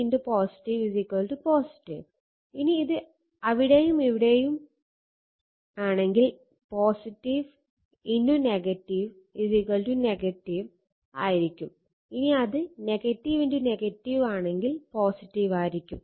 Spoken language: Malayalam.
ഇനി അത് ഇവിടെയും ഇവിടെയും ആണെങ്കിൽ ആണെങ്കിൽ ആയിരിക്കും